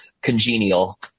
congenial